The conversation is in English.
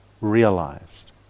realized